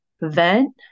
vent